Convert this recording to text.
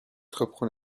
reprend